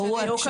או הוא עצמו,